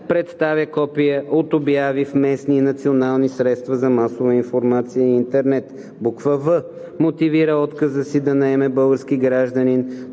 представя копия от обяви в местни и национални средства за масова информация и интернет; в) мотивира отказа си да наеме български гражданин,